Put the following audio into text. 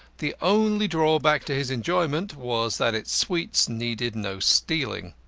the only drawback to his enjoyment was that its sweets needed no stealing.